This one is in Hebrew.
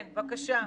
בבקשה.